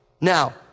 Now